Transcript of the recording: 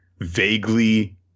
vaguely